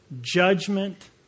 judgment